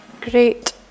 Great